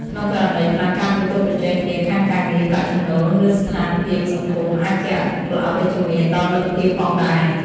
ក្នុងករណីខ្លះ ការប្រកួតប្រជែងគ្នាខាងការងារ ប្រាក់ចំណូល ឬស្ថានភាពសង្គម អាចជះឥទ្ធិពលអវិជ្ជមានដល់មិត្តភាពផងដែរ ។